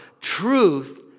Truth